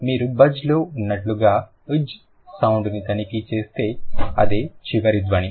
మీరు బజ్లో ఉన్నట్లుగా జ్ సౌండ్ని తనిఖీ చేస్తే అదే చివరి ధ్వని